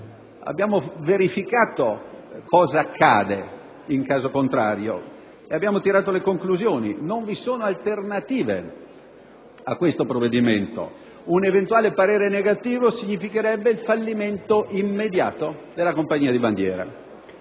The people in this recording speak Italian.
Abbiamo verificato cosa accade in caso contrario e abbiamo tirato delle conclusioni: non vi sono alternative a questo provvedimento; un eventuale parere negativo significherebbe il fallimento immediato della compagnia di bandiera.